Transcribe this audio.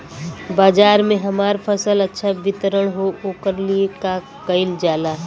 बाजार में हमार फसल अच्छा वितरण हो ओकर लिए का कइलजाला?